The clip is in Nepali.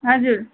हजुर